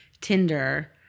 Tinder